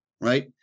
right